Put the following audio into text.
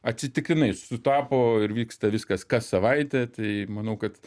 atsitiktinai sutapo ir vyksta viskas kas savaitę tai manau kad